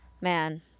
man